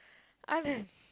Anand